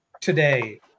today